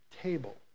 table